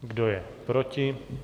Kdo je proti?